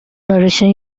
narration